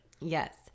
Yes